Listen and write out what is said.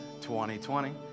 2020